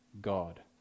God